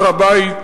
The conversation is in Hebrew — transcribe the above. הר-הבית,